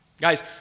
Guys